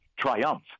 triumph